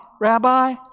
Rabbi